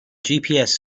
gps